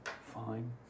Fine